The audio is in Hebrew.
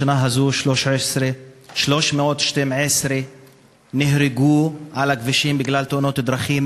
בשנה זו 312 איש נהרגו בכבישים בתאונות דרכים,